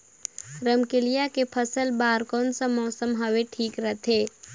रमकेलिया के फसल बार कोन सा मौसम हवे ठीक रथे?